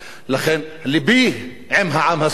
לכן לבי עם העם הסורי,